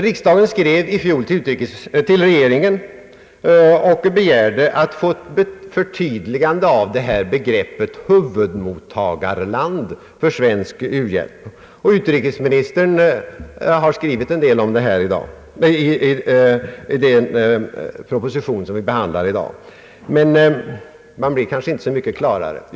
Riksdagen skrev i fjol till regeringen och begärde ett förtydligande av begreppet huvudmottagarland för svensk u-hjälp. Utrikesministern har skrivit en del om detta i propositionen, men man blir kanske inte så mycket klokare.